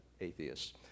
atheists